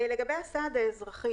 לגבי הסעד האזרחי